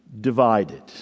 divided